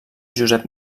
josep